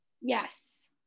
Yes